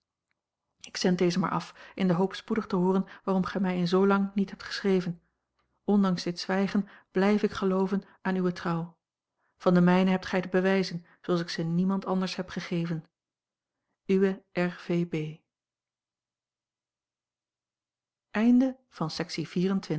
ik zend dezen maar af in de hoop spoedig te hooren waarom gij mij in zoolang niet hebt geschreven ondanks dit zwijgen blijf ik gelooven aan uwe trouw van de mijne hebt gij de bewijzen zooals ik ze niemand anders heb gegeven uwe r v